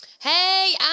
Hey